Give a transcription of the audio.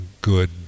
good